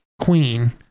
queen